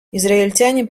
израильтяне